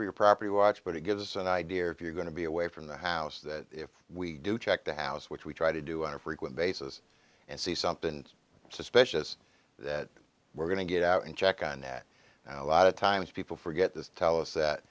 for your property watch but it gives us an idea if you're going to be away from the house that if we do check the house which we try to do on a frequent basis and see something suspicious that we're going to get out and check on that a lot of times people forget this tell us that